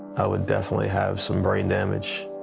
i would definitely have some brain damage.